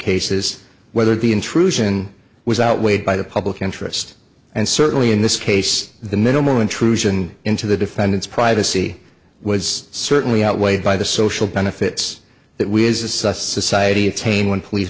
cases whether the intrusion was outweighed by the public interest and certainly in this case the minimal intrusion into the defendant's privacy was certainly outweighed by the social benefits that we as a society attain when police